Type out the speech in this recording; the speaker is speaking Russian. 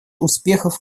успехов